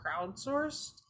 crowdsourced